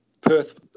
Perth